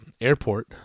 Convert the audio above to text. airport